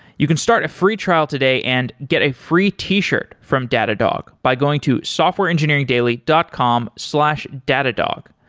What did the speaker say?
you can start a free trial today and get a free t-shirt from datadog by going to softwareengineeringdaily dot com slash datadog.